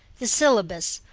the syllabus,